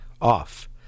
off